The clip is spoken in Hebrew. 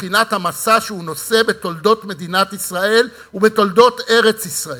מבחינת המשא שהוא נושא בתולדות מדינת ישראל ובתולדות ארץ-ישראל.